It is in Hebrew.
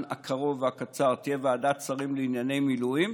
הקרוב והקצר תהיה ועדת שרים לענייני מילואים.